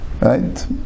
right